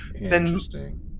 Interesting